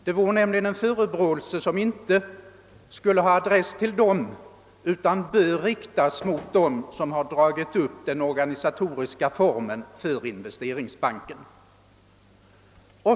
Det vore nämligen en förebråelse som inte skulle ha adress till dessa personer utan bör riktas mot dem som dragit upp den organisatoriska formen för Investeringsbanken.